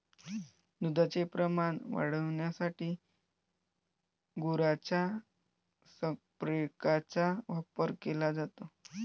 दुधाचे प्रमाण वाढविण्यासाठी गुरांच्या संप्रेरकांचा वापर केला जातो